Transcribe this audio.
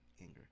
anger